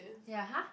ya !huh!